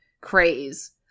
craze